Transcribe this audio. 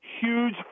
huge